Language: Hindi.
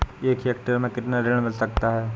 एक हेक्टेयर में कितना ऋण मिल सकता है?